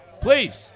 Please